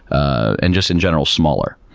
and just, in general, smaller.